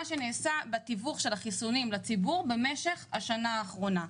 שנעשה בתיווך של החיסונים לציבור במשך השנה האחרונה.